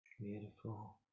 beautiful